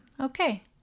okay